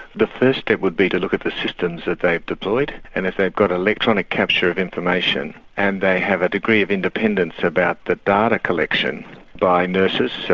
the first step would be to look at the systems that they've deployed and if they've got electronic capture of information and they have a degree of independence about the data collection by nurses, so